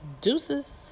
deuces